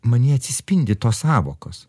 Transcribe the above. manyje atsispindi tos sąvokos